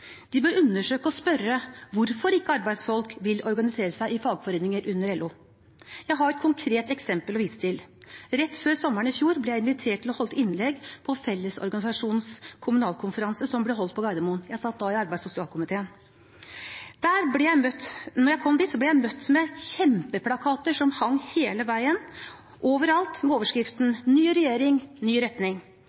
De bør undersøke og spørre hvorfor arbeidsfolk ikke vil organisere seg i fagforeninger under LO. Jeg har et konkret eksempel å vise til. Rett før sommeren i fjor ble jeg invitert til å holde et innlegg på Fellesorganisasjonens kommunalkonferanse, som ble holdt på Gardermoen. Jeg satt da i arbeids- og sosialkomiteen. Da jeg kom dit, ble jeg møtt med kjempeplakater som hang hele veien, overalt, med overskriften «Ny regjering – ny retning»